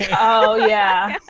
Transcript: yeah oh yeah.